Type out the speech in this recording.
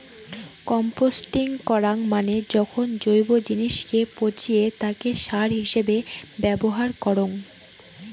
composting করাঙ মানে যখন জৈব জিনিসকে পচিয়ে তাকে সার হিছাবে ব্যবহার করঙ